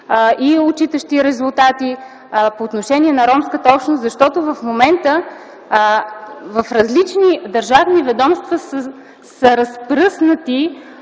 и отчитащи резултати по отношение на ромската общност. В момента в различни държавни ведомства са разпръснати